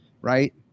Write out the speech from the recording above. Right